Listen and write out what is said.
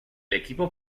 equipo